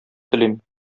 телим